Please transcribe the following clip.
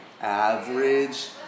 average